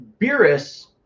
Beerus